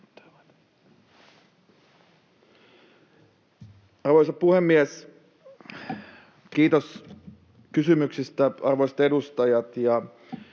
Arvoisa puhemies! Kiitos kysymyksistä, arvoisat edustajat.